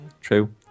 True